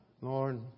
Lord